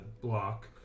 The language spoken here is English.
block